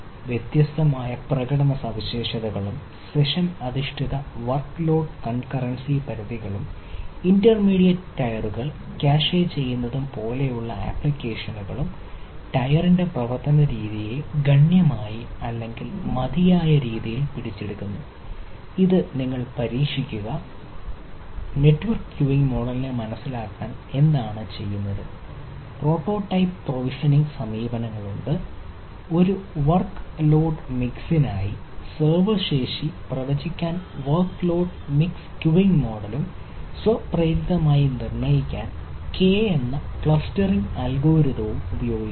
വ്യത്യസ്തമായ പ്രകടന സവിശേഷതകളും സെഷൻ ഉപയോഗിക്കുന്നു